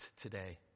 today